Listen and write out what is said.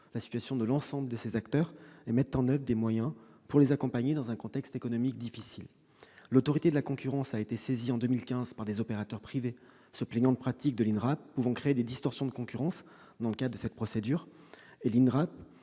la situation de l'ensemble de ces acteurs et mettent en oeuvre les moyens dont ils disposent pour les accompagner dans ce contexte économique difficile. L'Autorité de la concurrence a été saisie en 2015 par des opérateurs privés se plaignant de pratiques de l'INRAP pouvant créer des distorsions de concurrence. Dans le cadre de cette procédure, l'INRAP